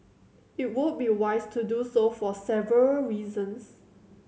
it would be wise to do so for several reasons